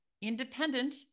independent